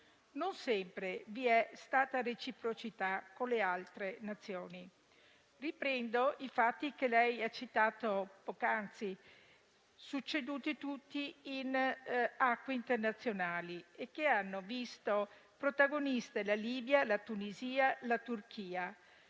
non sempre vi è stata reciprocità con le altre Nazioni. Riprendo i fatti che lei ha citato poc'anzi, avvenuti tutti in acque internazionali e che hanno visto protagoniste la Libia, la Tunisia, la Turchia